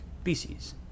species